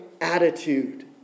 attitude